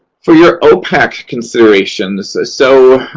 for your opac considerations so,